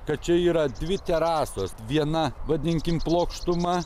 kad čia yra dvi terasos viena vadinkim plokštuma